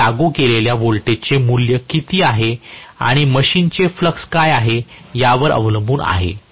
हे मी लागू केलेल्या व्होल्टेजचे मूल्य किती आहे आणि मशीनचे फ्लॅक्स काय यावर अवलंबून आहे